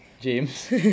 James